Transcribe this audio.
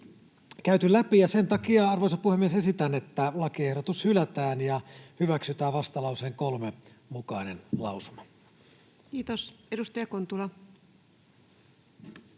käyty läpi, ja sen takia, arvoisa puhemies, esitän, että lakiehdotus hylätään ja hyväksytään vastalauseen 3 mukainen lausuma. [Speech 266] Speaker: